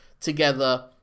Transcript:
together